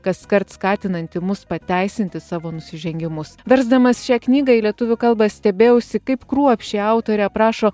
kaskart skatinantį mus pateisinti savo nusižengimus versdamas šią knygą į lietuvių kalbą stebėjausi kaip kruopščiai autorė aprašo